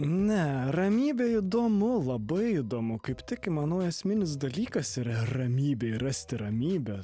ne ramybė įdomu labai įdomu kaip tik manau esminis dalykas yra ramybė rasti ramybę